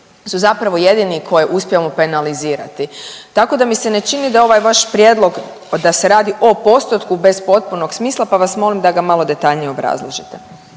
su zapravo jedini koje uspijemo penalizirati. Tako da mi se ne čini da je ovaj vaš prijedlog, da se radi o postotku bez potpunog smisla, pa vas molim da ga malo detaljnije obrazložite.